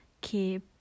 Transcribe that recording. keep